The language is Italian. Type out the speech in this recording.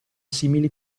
simili